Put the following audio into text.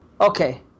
Okay